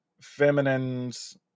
feminines